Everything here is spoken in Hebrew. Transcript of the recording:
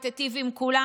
היא תיטיב עם כולם,